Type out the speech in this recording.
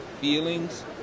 feelings